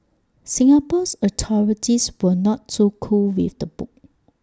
Singapore's authorities were not too cool with the book